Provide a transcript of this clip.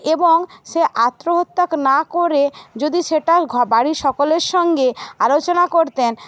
এবং সে আত্মহত্যা না করে যদি সেটা ঘ বাড়ির সকলের সঙ্গে আলোচনা করতেন